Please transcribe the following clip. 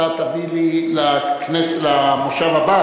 אתה תביא לי לכנס הבא,